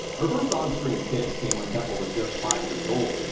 her first on-screen kiss came when temple was just five years old.